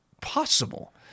possible